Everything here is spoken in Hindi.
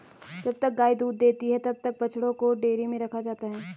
जब तक गाय दूध देती है तब तक बछड़ों को डेयरी में रखा जाता है